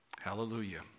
Hallelujah